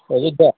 Ayodhya